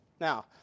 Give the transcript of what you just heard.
now